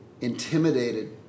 intimidated